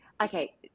Okay